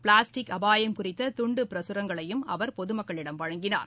plastic அபாயம் குறித்த துண்டு பிரசுரங்களையும் அவர் பொதுமக்களிடம் வழங்கினார்